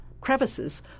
crevices